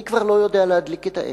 אני כבר לא יודע להדליק את האש,